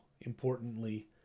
importantly